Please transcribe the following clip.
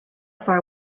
far